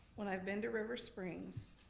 when i've been to river springs